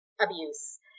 abuse